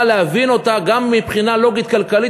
להבין אותה גם מבחינה לוגית כלכלית,